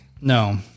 No